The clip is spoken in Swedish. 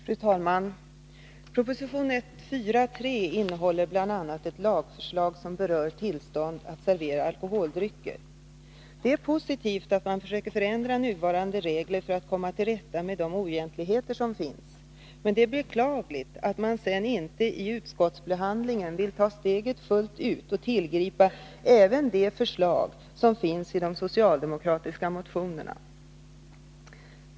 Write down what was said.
Fru talman! Proposition 143 innehåller bl.a. ett lagförslag som berör tillstånd att servera alkoholdrycker. Det är positivt att man försöker förändra 49 nuvarande regler för att komma till rätta med de oegentligheter som finns, men det är beklagligt att man sedan inte i utskottsbehandlingen vill ta steget fullt ut och tillgripa även de förslag till förändringar som finns i de socialdemokratiska motionerna.